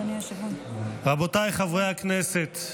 רבותיי חברי הכנסת,